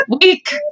week